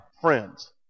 friends